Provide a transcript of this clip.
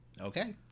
Okay